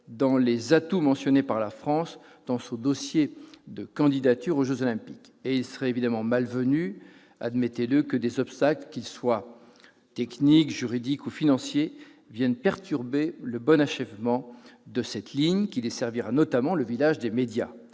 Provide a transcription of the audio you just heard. dans les atouts mentionnés par la France dans son dossier de candidature aux jeux Olympiques. Et il serait mal venu, admettez-le, que des obstacles, qu'ils soient techniques, juridiques ou financiers, viennent perturber le bon achèvement de cette ligne, qui desservira notamment le village des médias.